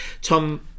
Tom